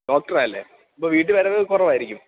ഡോക്ടറാണല്ലേ അപ്പോള് വീട്ടില് വരവ് കുറവായിരിക്കും